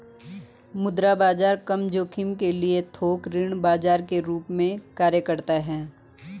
मुद्रा बाजार कम जोखिम के लिए थोक ऋण बाजार के रूप में कार्य करता हैं